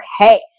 Okay